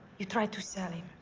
you tried to sell him.